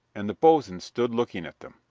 and the boatswain stood looking at them.